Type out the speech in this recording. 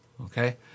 okay